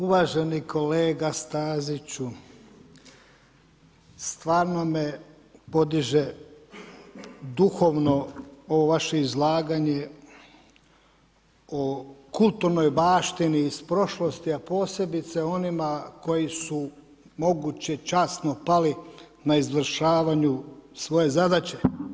Uvaženi kolega Staziću, stvarno me podiže duhovno ovo vaše izlaganje o kulturnoj baštini iz prošlosti, a posebice onima koji su moguće časno pali na izvršavanju svoje zadaće.